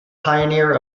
pioneer